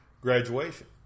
graduation